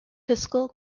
fiscal